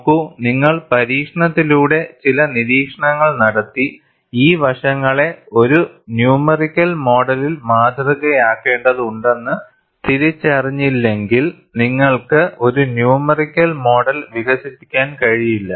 നോക്കൂ നിങ്ങൾ പരീക്ഷണത്തിലൂടെ ചില നിരീക്ഷണങ്ങൾ നടത്തി ഈ വശങ്ങളെ ഒരു ന്യൂമെറിക്കൽ മോഡലിൽ മാതൃകയാക്കേണ്ടതുണ്ടെന്ന് തിരിച്ചറിഞ്ഞില്ലെങ്കിൽ നിങ്ങൾക്ക് ഒരു ന്യൂമെറിക്കൽ മോഡൽ വികസിപ്പിക്കാൻ കഴിയില്ല